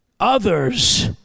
others